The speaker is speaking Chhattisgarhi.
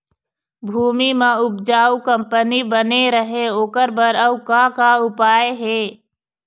भूमि म उपजाऊ कंपनी बने रहे ओकर बर अउ का का उपाय हे?